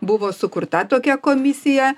buvo sukurta tokia komisija